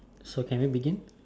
so can we begin